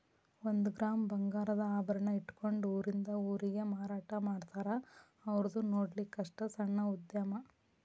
ಒಂದ ಗ್ರಾಮ್ ಬಂಗಾರದ ಆಭರಣಾ ಇಟ್ಕೊಂಡ ಊರಿಂದ ಊರಿಗೆ ಮಾರಾಟಾಮಾಡ್ತಾರ ಔರ್ದು ನೊಡ್ಲಿಕ್ಕಸ್ಟ ಸಣ್ಣ ಉದ್ಯಮಾ